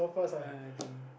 uh okay